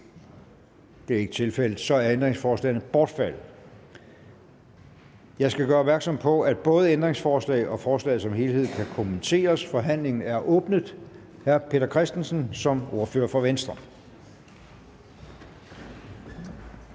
Det er ikke tilfældet. Så er ændringsforslagene bortfaldet. Jeg skal gøre opmærksom på, at både ændringsforslagene og forslaget som helhed kan kommenteres. Forhandlingen er åbnet, hr. Peter Christensen som ordfører for Venstre.